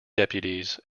deputies